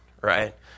right